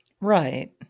Right